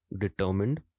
determined